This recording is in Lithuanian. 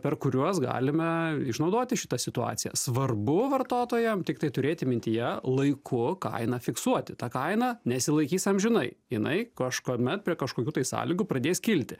per kuriuos galime išnaudoti šitą situaciją svarbu vartotojam tiktai turėti mintyje laiku kainą fiksuoti tą kainą nesilaikys amžinai jinai kažkuomet prie kažkokių tai sąlygų pradės kilti